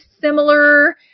similar